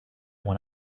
when